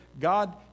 God